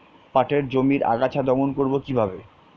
পাটের জমির আগাছা দমন করবো কিভাবে?